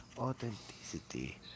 Authenticity